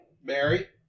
Barry